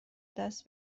دست